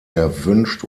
erwünscht